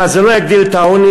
מה, זה לא יגדיל את העוני?